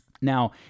Now